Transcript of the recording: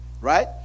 Right